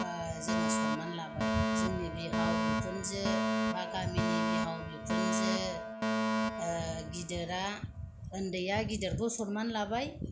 जोङो सनमान लाबाय जोंनि बिहाव बिखुनजो बा गामिनि बिहाव बिखुनजो गिदिरा उन्दैया गिदिरखौ सनमान लाबाय